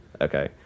Okay